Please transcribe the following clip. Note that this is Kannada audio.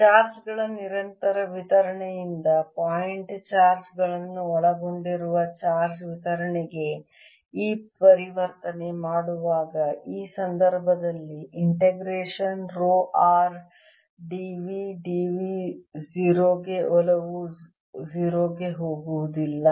ಚಾರ್ಜ್ ಗಳ ನಿರಂತರ ವಿತರಣೆಯಿಂದ ಪಾಯಿಂಟ್ ಚಾರ್ಜ್ ಗಳನ್ನು ಒಳಗೊಂಡಿರುವ ಚಾರ್ಜ್ ವಿತರಣೆಗೆ ಈ ಪರಿವರ್ತನೆ ಮಾಡುವಾಗ ಈ ಸಂದರ್ಭದಲ್ಲಿ integration rho r d v d v 0 ಗೆ ಒಲವು 0 ಕ್ಕೆ ಹೋಗುವುದಿಲ್ಲ